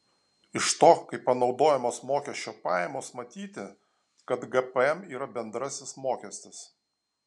iš to kaip panaudojamos mokesčio pajamos matyti kad gpm yra bendrasis mokestis